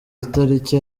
itariki